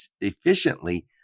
efficiently